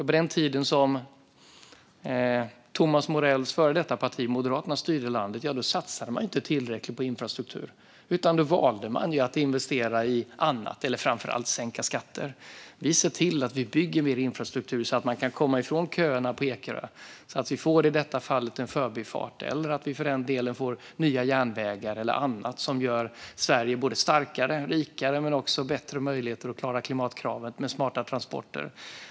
På den tid som Thomas Morells före detta parti Moderaterna styrde landet satsade man inte tillräckligt på infrastruktur. Då valde man att investera i annat, eller framför allt att sänka skatter. Vi ser till att bygga mer infrastruktur, så att man kan komma ifrån köerna på Ekerö och - i detta fall - får en förbifart. Det kan också handla om att få nya järnvägar eller annat som gör Sverige starkare och rikare och som ger Sverige bättre möjligheter att klara klimatkravet med smarta transporter.